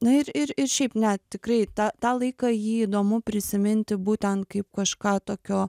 na ir ir ir šiaip ne tikrai tą tą laiką jį įdomu prisiminti būten kaip kažką tokio